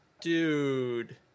Dude